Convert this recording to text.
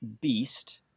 beast